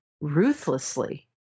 ruthlessly